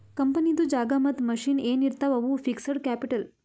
ಕಂಪನಿದು ಜಾಗಾ ಮತ್ತ ಮಷಿನ್ ಎನ್ ಇರ್ತಾವ್ ಅವು ಫಿಕ್ಸಡ್ ಕ್ಯಾಪಿಟಲ್